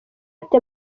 ati